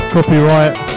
Copyright